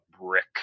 brick